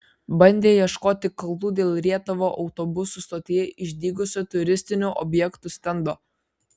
bandė ieškoti kaltų dėl rietavo autobusų stotyje išdygusio turistinių objektų stendo